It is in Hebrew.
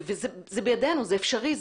וזה בידינו, זה אפשרי.